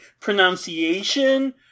pronunciation